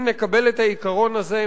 אם נקבל את העיקרון הזה,